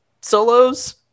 solos